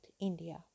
India